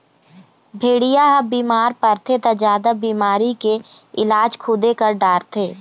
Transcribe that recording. भेड़िया ह बिमार परथे त जादा बिमारी के इलाज खुदे कर डारथे